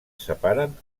separen